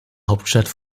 hauptstadt